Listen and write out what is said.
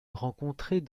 rencontrées